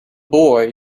boy